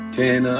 ten